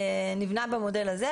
נבנה במודל הזה.